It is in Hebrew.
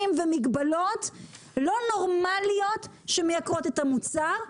ומגבלות לא נורמליות שמייקרות את המוצר,